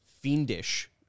fiendish